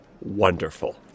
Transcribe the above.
wonderful